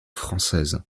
françaises